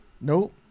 Nope